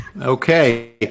okay